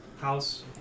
house